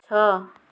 ଛଅ